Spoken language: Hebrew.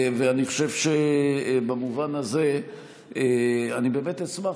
אני חושב שבמובן הזה אני באמת אשמח,